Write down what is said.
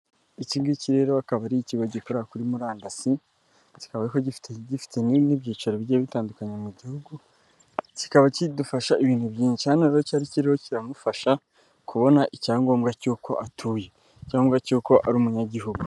Ikindi ngo ikirere akaba ari ikigo gikora kuri murandasi kikabaye gi gifitanye n'ibyicaro bi bitandukanye mu gihugu kikaba kidufasha ibintu byinshi na cyari kiriho kiramufasha kubona icyangombwa cy'uko atuye icyangombwa cy'uko ari umunyagihugu.